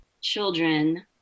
children